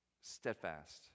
steadfast